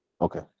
Okay